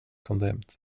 condemned